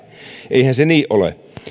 eihän se niin ole